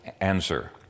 answer